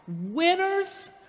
Winners